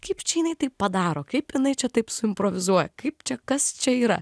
kaip čia jinai tai padaro kaip jinai čia taip suimprovizuoja kaip čia kas čia yra